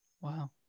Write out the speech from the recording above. Wow